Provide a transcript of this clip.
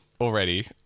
already